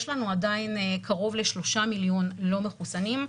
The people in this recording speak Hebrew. יש לנו עדיין קרוב ל-3 מיליון לא מחוסנים,